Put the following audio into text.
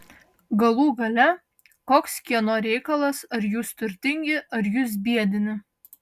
galų gale koks kieno reikalas ar jūs turtingi ar jūs biedni